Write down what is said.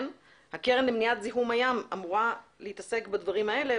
הקרן למניעת זיהום הים אמורה להתעסק בדברים האלה,